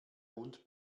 hund